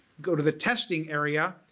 go to the testing area,